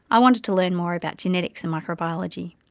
i wanted to learn more about genetics and microbiology.